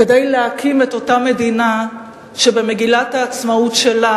כדי להקים את אותה מדינה שבמגילת העצמאות שלה,